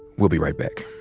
we'll be right back.